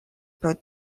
pro